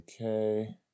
Okay